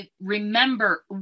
remember